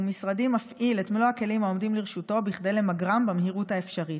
ומשרדי מפעיל את מלוא הכלים העומדים לרשותו כדי למגרם במהירות האפשרית.